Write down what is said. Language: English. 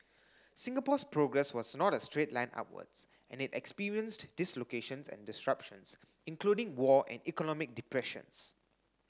Singapore's progress was not a straight line upwards and it experienced dislocations and disruptions including war and economic depressions